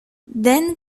then